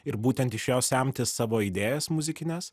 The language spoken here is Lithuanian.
ir būtent iš jos semtis savo idėjas muzikines